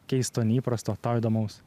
keisto neįprasto tau įdomaus